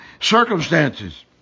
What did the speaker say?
circumstances